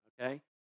okay